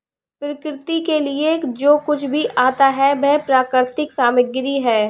प्रकृति के लिए जो कुछ भी आता है वह प्राकृतिक सामग्री है